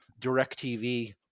DirecTV